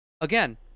again